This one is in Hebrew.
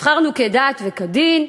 נבחרנו כדת וכדין.